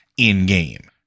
in-game